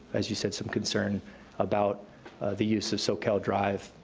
as you said, some concern about the use of soquel drive,